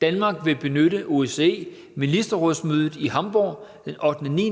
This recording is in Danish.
Danmark vil benytte OSCE-ministerrådsmødet i Hamburg den